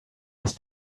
his